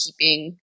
keeping